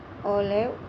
olive